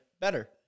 better